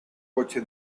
coche